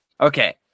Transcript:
Okay